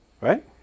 Right